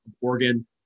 Oregon